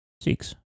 Six